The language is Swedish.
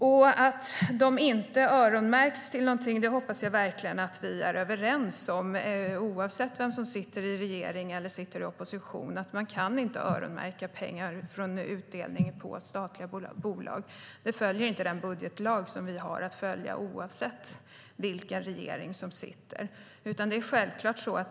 Jag hoppas verkligen att vi är överens om att det inte ska vara någon öronmärkning, oavsett vem som sitter i regering eller i opposition. Man kan inte öronmärka pengar i utdelningar från statliga bolag. Det medger inte den budgetlag som vi har att följa, oavsett regering.